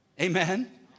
Amen